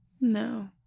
No